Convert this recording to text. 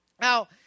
now